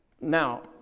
now